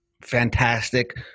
fantastic